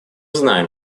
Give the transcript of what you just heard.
знаем